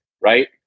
right